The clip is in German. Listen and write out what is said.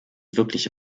wirkliche